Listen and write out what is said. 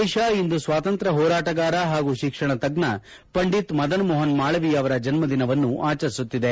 ದೇಶ ಇಂದು ಸ್ವಾತಂತ್ರ್ ಹೋರಾಟಗಾರ ಹಾಗೂ ಶಿಕ್ಷಣ ತಜ್ಞ ಪಂಡಿತ್ ಮದನ್ ಮೋಹನ್ ಮಾಳವೀಯ ಅವರ ಜನ್ಮ ದಿನವನ್ನು ಆಚರಿಸುತ್ತಿದೆ